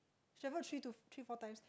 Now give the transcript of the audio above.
travel three to three four times